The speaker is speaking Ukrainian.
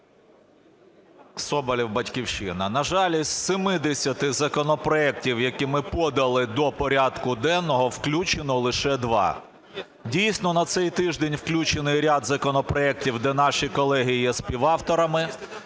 Соболєв, "Батьківщина". На жаль, із 70 законопроектів, які ми подали до порядку денного, включено лише два. Дійсно, на цей тиждень включено ряд законопроектів, де наші колеги є співавторами.